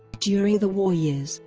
during the war years,